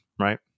Right